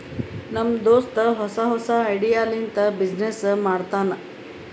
ನಮ್ ದೋಸ್ತ ಹೊಸಾ ಹೊಸಾ ಐಡಿಯಾ ಲಿಂತ ಬಿಸಿನ್ನೆಸ್ ಮಾಡ್ತಾನ್